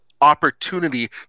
opportunity